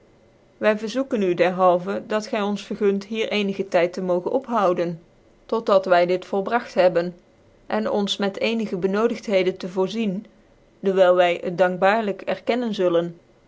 wy verzoeken u dicrhalvcn dat gy ons vergund hier ccnige tyd te mogen ophouden tot dat wy dit volbragt hebben cn ons met ecnige brnoodigtheden te voorzien dewyl wy het dankbaarlyk erkennen zullen